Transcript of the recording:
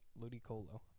Ludicolo